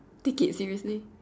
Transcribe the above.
take it seriously